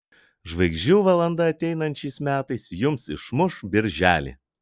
žvaigždžių valanda ateinančiais metais jums išmuš birželį